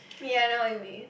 me I know what you mean